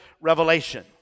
revelation